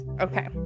Okay